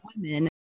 women